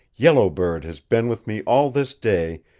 yellow bird has been with me all this day,